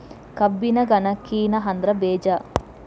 ಕಬ್ಬಿನ ಗನಕಿನ ಅದ್ರ ಬೇಜಾ